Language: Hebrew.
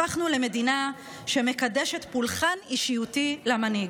הפכנו למדינה שמקדשת פולחן אישיותי למנהיג?